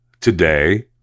today